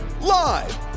Live